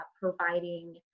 providing